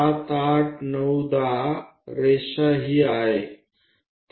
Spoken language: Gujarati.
તો 7 8 9 10 લીટી આ છે